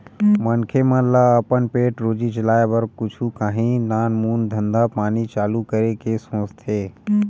मनखे मन ल अपन पेट रोजी चलाय बर कुछु काही नानमून धंधा पानी चालू करे के सोचथे